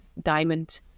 diamond